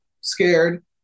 scared